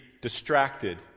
distracted